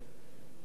בחברה הערבית.